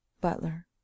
BUTLER